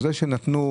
כשנשקיע כסף,